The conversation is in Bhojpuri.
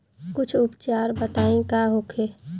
कुछ उपचार बताई का होखे?